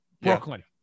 Brooklyn